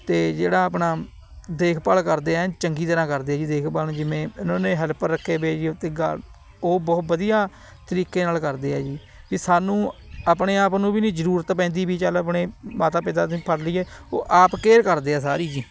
ਅਤੇ ਜਿਹੜਾ ਆਪਣਾ ਦੇਖਭਾਲ ਕਰਦੇ ਆ ਐਨ ਚੰਗੀ ਤਰ੍ਹਾਂ ਕਰਦੇ ਆ ਜੀ ਦੇਖ ਭਾਲ ਜਿਵੇਂ ਇਹਨਾਂ ਨੇ ਹੈਲਪਰ ਰੱਖੇ ਵੇ ਜੀ ਉੱਥੇ ਗਾ ਉਹ ਬਹੁਤ ਵਧੀਆ ਤਰੀਕੇ ਨਾਲ ਕਰਦੇ ਆ ਜੀ ਵੀ ਸਾਨੂੰ ਆਪਣੇ ਆਪ ਨੂੰ ਵੀ ਨਹੀਂ ਜ਼ਰੂਰਤ ਪੈਂਦੀ ਵੀ ਚੱਲ ਆਪਣੇ ਮਾਤਾ ਪਿਤਾ ਨੂੰ ਫੜ ਲਈਏ ਉਹ ਆਪ ਕੇਅਰ ਕਰਦੇ ਆ ਸਾਰੀ ਜੀ